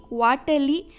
quarterly